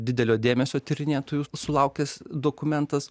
didelio dėmesio tyrinėtojų sulaukęs dokumentas